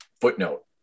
footnote